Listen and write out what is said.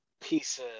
piece